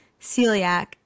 celiac